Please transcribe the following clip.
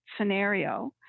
scenario